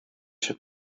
się